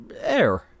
air